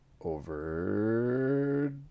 over